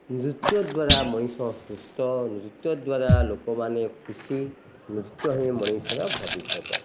ନୃତ୍ୟ ଦ୍ୱାରା ମଣିଷ ସୁସ୍ଥ ନୃତ୍ୟ ଦ୍ୱାରା ଲୋକମାନେ ଖୁସି ନୃତ୍ୟ ହିଁ ମଣିଷର ଭବିଷ୍ୟତ